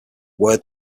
were